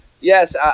yes